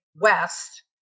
west